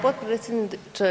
potpredsjedniče.